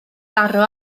daro